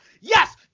Yes